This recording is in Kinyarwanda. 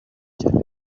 cyane